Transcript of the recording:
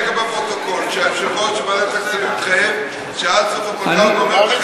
שיהיה בפרוטוקול שיושב-ראש ועדת הכספים מתחייב שעד סוף הפגרה הוא גומר,